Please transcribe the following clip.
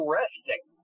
resting